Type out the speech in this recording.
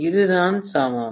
இதுதான் சமம்